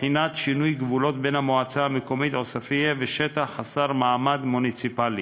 בחינת שינוי גבולות בין המועצה המקומית עוספיא לשטח חסר מעמד מוניציפלי,